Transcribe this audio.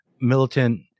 militant